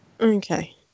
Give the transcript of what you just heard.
Okay